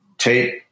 tape